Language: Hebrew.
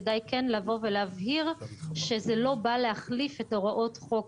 כדאי כן לבוא ולהבהיר שזה לא בא להחליף את הוראות חוק